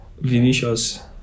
Vinicius